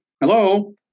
hello